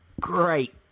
great